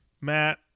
Matt